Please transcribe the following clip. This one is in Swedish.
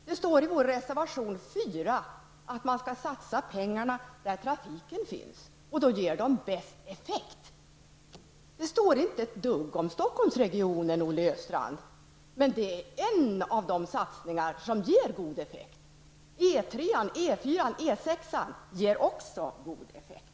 Det står i vår reservation nr 4 att man skall satsa pengarna där trafiken finns, och då ger de bäst effekt. Det står ingenting om Stockholmsregionen, Olle Östrand. Det är dock ett av de områden man kan satsa på som ger god effekt. Satsningar på E 3, E 4 och E 6 ger också god effekt.